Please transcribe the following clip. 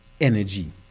energy